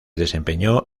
desempeñó